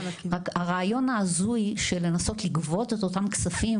רק הרעיון ההזוי שאפשר לגבות את אותם כספים,